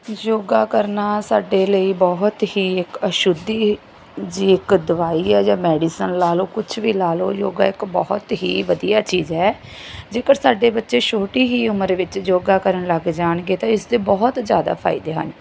ਯੋਗਾ ਕਰਨਾ ਸਾਡੇ ਲਈ ਬਹੁਤ ਹੀ ਇੱਕ ਅਸ਼ੁੱਧੀ ਜਿਹੀ ਇੱਕ ਦਵਾਈ ਆ ਜਾਂ ਮੈਡੀਸਨ ਲਾ ਲਓ ਕੁਛ ਵੀ ਲਾ ਲਓ ਯੋਗਾ ਇੱਕ ਬਹੁਤ ਹੀ ਵਧੀਆ ਚੀਜ਼ ਹੈ ਜੇਕਰ ਸਾਡੇ ਬੱਚੇ ਛੋਟੀ ਹੀ ਉਮਰ ਵਿੱਚ ਯੋਗਾ ਕਰਨ ਲੱਗ ਜਾਣਗੇ ਤਾਂ ਇਸ ਦੇ ਬਹੁਤ ਜ਼ਿਆਦਾ ਫਾਇਦੇ ਹਨ